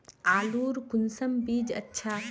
आलूर कुंसम बीज अच्छा?